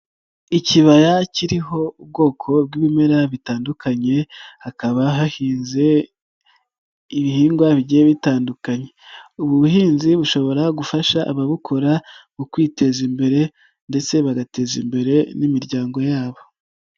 Ikibaya kiriho ubwoko bw'ibimera bitandukanye hakaba hahinze ibihingwa bigiye bitandukanye, ubu buhinzi bushobora gufasha ababukora mu kwiteza imbere ndetse bagateza imbere n'imiryango yabo.